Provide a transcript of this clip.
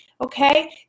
okay